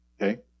Okay